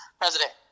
president